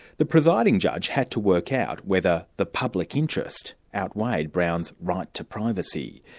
the presiding judge had to work out whether the public interest outweighed brown's right to privacy.